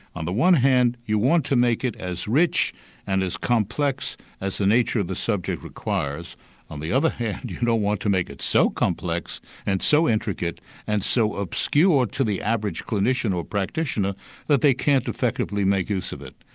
on the one hand you want to make it as rich and as complex as the nature of the subject requires on the other hand you don't know want to make it so complex and so intricate and so obscure to the average clinician or practitioner that they can't effectively make use of it.